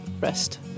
rest